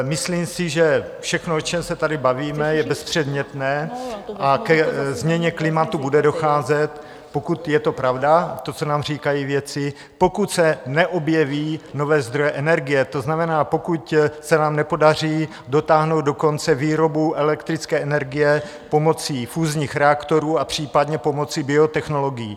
Myslím si, že všechno, o čem se tady bavíme, je bezpředmětné a ke změně klimatu bude docházet, pokud je to pravda, to, co nám říkají vědci, pokud se neobjeví nové zdroje energie, to znamená, pokud se nám nepodaří dotáhnout do konce výrobu elektrické energie pomocí fúzních reaktorů a případně pomocí biotechnologií.